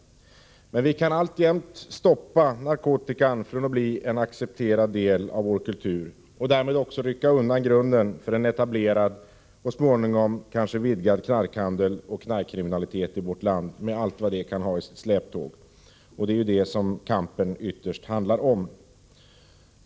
Men vi kan alltjämt hindra narkotikan från att bli en accepterad del av vår kultur och därmed också rycka undan grunden för en etablerad och småningom kanske vidgad knarkhandel och knarkkriminalitet i vårt land, med allt vad detta kan ha i sitt släptåg. Det är ju det som kampen ytterst gäller.